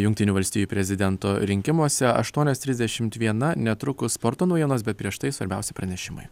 jungtinių valstijų prezidento rinkimuose aštuonios trisdešimt viena netrukus sporto naujienos bet prieš tai svarbiausi pranešimai